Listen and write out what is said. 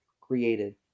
created